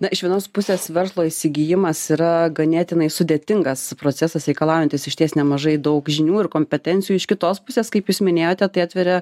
na iš vienos pusės verslo įsigijimas yra ganėtinai sudėtingas procesas reikalaujantis išties nemažai daug žinių ir kompetencijų iš kitos pusės kaip jūs minėjote tai atveria